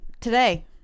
today